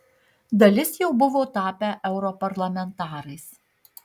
dalis jau buvo tapę europarlamentarais